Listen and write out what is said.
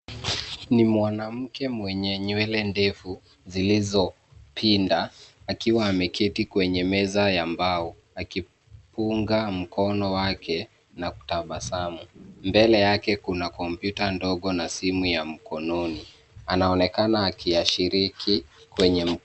Ni mwanamke mwenye nywele ndefu zilizopinda, akiwa ameketi kwenye meza ya mbao akipunga mkono wake na kutabasamu. Mbele yake kuna kompyuta ndogo na simu ya mkononi. Anaonekana akiyashiriki kwenye...